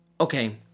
okay